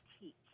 teach